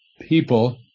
people